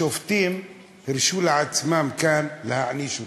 השופטים, הרשו לעצמם כאן להעניש אותנו.